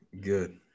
good